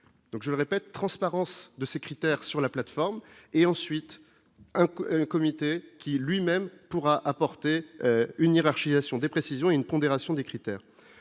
Donc, je le répète, transparence de ces critères, sur la plateforme et ensuite, un comité qui lui-même pourra apporter une hiérarchisation des précisions une pondération des critères